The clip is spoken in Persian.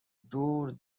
دور